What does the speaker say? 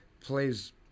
plays